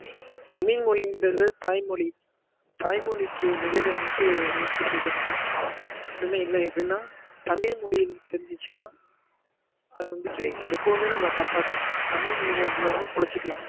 தமிழ்மொழிங்கிறது தாய்மொழி தாய்மொழிக்கு நிகர் வந்துட்டு எப்படி சொல்கிறதுன்னா ஒன்றுமே இல்லை எப்படின்னா தமிழ்மொழி தெரிஞ்சுச்சின்னா அதை வந்துட்டு எப்போவுமே நம்மளை காப்பாற்றும் தமிழ் மொழியில் பொழச்சிக்கிலாம்